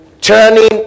turning